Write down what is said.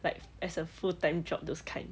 like as a full time job those kind